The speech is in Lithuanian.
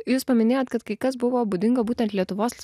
jūs paminėjot kad kai kas buvo būdinga būtent lietuvos